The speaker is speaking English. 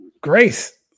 grace